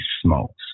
smokes